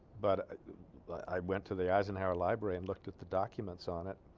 but i i went to the eisenhower library and looked at the documents on it